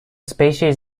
species